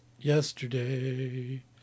yesterday